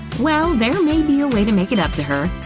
well, there may be a way to make it up to her.